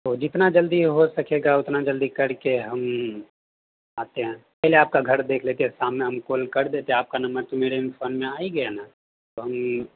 تو جتنا جلدی ہو سکے گا اتنا جلدی کر کے ہم آتے ہیں پہلے آپ کا گھر دیکھ لیتے ہیں شام میں ہم کال کر دیتے ہیں آپ کا نمبر تو میرے فون میں آ ہی گیا نا تو ہم